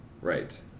Right